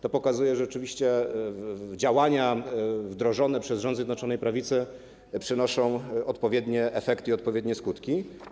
To pokazuje, że rzeczywiście działania wdrożone przez rząd Zjednoczonej Prawicy przynoszą odpowiednie efekty, odpowiednie skutki.